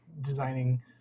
designing